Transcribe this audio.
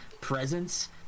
presence